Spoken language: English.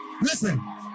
Listen